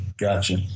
Gotcha